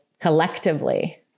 collectively